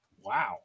wow